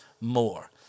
more